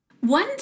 One